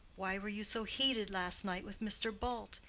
why were you so heated last night with mr. bult?